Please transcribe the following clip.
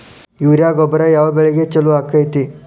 Urea ಗೊಬ್ಬರ ಯಾವ ಬೆಳಿಗೆ ಛಲೋ ಆಕ್ಕೆತಿ?